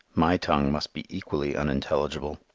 my tongue must be equally unintelligible.